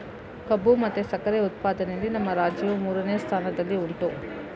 ಕಬ್ಬು ಮತ್ತೆ ಸಕ್ಕರೆ ಉತ್ಪಾದನೆಯಲ್ಲಿ ನಮ್ಮ ರಾಜ್ಯವು ಮೂರನೇ ಸ್ಥಾನದಲ್ಲಿ ಉಂಟು